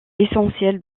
essentiel